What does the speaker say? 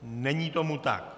Není tomu tak.